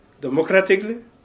democratically